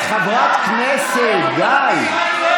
את חברת כנסת, די.